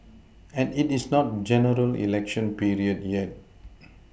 and it is not general election period yet